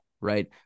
right